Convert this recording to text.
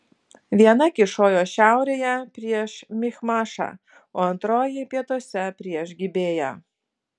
viena kyšojo šiaurėje prieš michmašą o antroji pietuose prieš gibėją